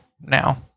now